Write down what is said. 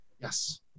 Yes